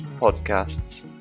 podcasts